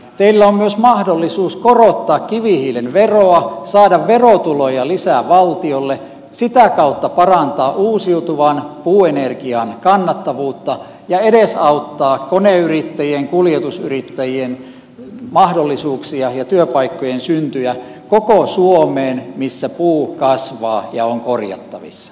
teillä on myös mahdollisuus korottaa kivihiilen veroa saada verotuloja lisää valtiolle sitä kautta parantaa uusiutuvan puuenergian kannattavuutta ja edesauttaa koneyrittäjien kuljetusyrittäjien mahdollisuuksia ja työpaikkojen syntyä koko suomeen missä puu kasvaa ja on korjattavissa